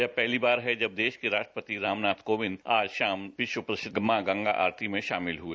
यह पहली बार है जब देश के राष्ट्रपति रामनाथ कोविंद आज शाम विश्व प्रसिद्ध मां गंगा आरती में शामिल हुए